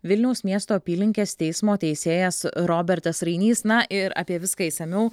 vilniaus miesto apylinkės teismo teisėjas robertas rainys na ir apie viską išsamiau